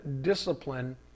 discipline